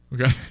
Okay